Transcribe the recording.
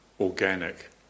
organic